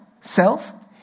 self